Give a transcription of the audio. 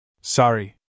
Sorry